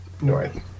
North